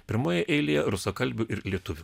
pirmoje eilėje rusakalbių ir lietuvių